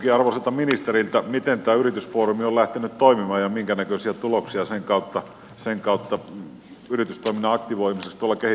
miten tämä yritysfoorumi on lähtenyt toimimaan ja minkä näköisiä tuloksia sen kautta yritystoiminnan aktivoimiseksi tuolla kehitysmaissa on saatu